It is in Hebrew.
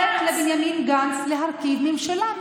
לתת לבנימין גנץ להרכיב ממשלה.